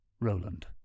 Roland